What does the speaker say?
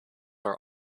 are